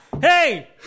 Hey